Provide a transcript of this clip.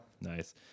Nice